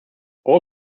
all